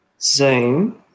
Zoom